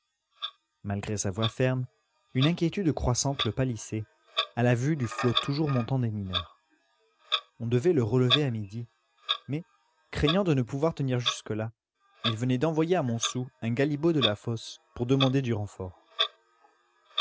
malgré sa voix ferme une inquiétude croissante le pâlissait à la vue du flot toujours montant des mineurs on devait le relever à midi mais craignant de ne pouvoir tenir jusque-là il venait d'envoyer à montsou un galibot de la fosse pour demander du renfort